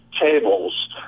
tables